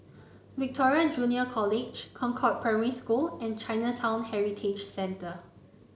Victoria Junior College Concord Primary School and Chinatown Heritage Centre